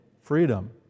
freedom